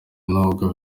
nubwo